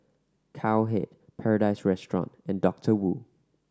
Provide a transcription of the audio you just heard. Cowhead Paradise Restaurant and Doctor Wu